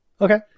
Okay